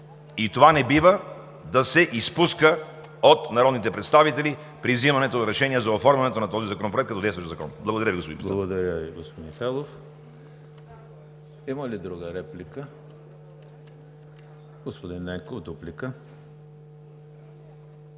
Това не бива да се изпуска от народните представители при вземането на решения за оформянето на този законопроект като действащ закон. Благодаря, господин Председател.